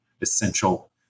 essential